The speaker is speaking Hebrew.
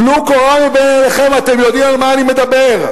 טלו קורה מבין עיניכם, אתם יודעים על מה אני מדבר.